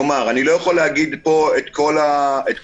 אני לא יכול להגיד פה את כל ההשגות.